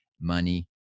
Money